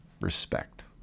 respect